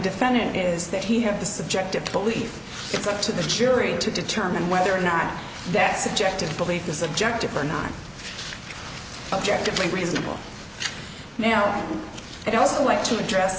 defendant is that he had the subjective belief it's up to the jury to determine whether or not that subjective belief is subjective or not objectively reasonable now i'd also like to address